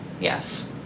Yes